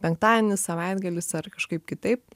penktadienis savaitgalis ar kažkaip kitaip